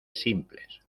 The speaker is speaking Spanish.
simples